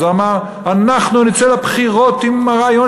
אז הוא אמר: אנחנו נצא לבחירות עם הרעיון